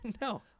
No